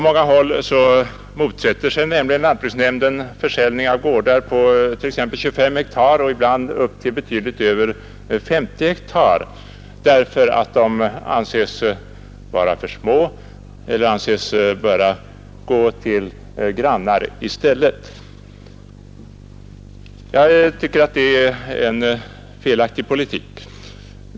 På många håll motsätter sig nämligen lantbruksnämnden försäljning av gårdar på t.ex. 25 ha och ibland upp till betydligt över 50 ha därför att de anses vara för små eller i stället anses böra gå till grannar. Jag tycker att det är en felaktig politik.